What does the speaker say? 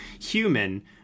human